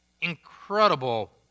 incredible